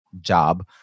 job